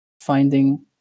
finding